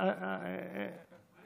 אין צורך.